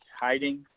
hiding